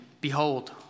behold